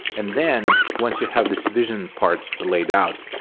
and then once you have this vision part laid out,